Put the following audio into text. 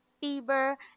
fever